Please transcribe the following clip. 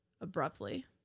abruptly